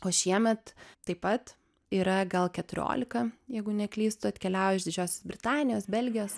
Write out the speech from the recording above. o šiemet taip pat yra gal keturiolika jeigu neklystu atkeliauja iš didžiosios britanijos belgijos